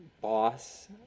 boss